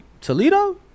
Toledo